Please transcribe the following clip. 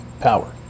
power